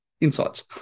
insights